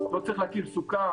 לא צריך להקים סוכה,